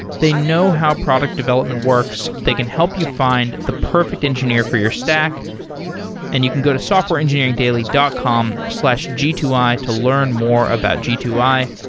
they know how product development works. they can help you find the perfect engineer for your stack and you can go to softwareengineeringdaily dot com zero g two i to learn more about g two i.